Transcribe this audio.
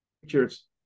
pictures